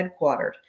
headquartered